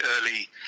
early